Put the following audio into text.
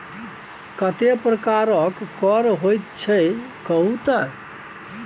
कतेक प्रकारक कर होइत छै कहु तए